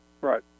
Right